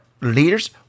Leaders